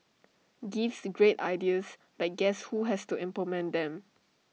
gives great ideas but guess who has to implement them